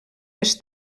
les